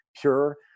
pure